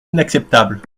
inacceptable